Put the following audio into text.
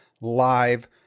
live